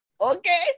okay